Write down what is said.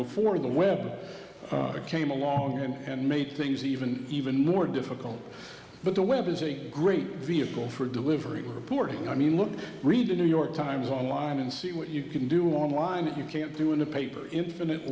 before the web came along and and made things even even more difficult but the web is a great vehicle for delivering reporting i mean look read the new york times online and see what you can do online and you can't do in the paper infinite